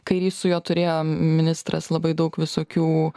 kairys su juo turėjo ministras labai daug visokių